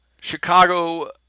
Chicago